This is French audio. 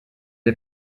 est